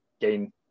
gain